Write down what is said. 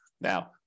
Now